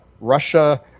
Russia